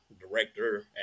director